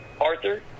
Arthur